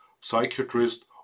psychiatrist